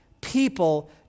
people